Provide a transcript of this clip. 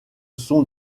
sont